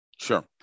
Sure